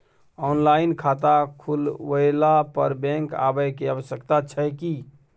Online खाता खुलवैला पर बैंक आबै के आवश्यकता छै की?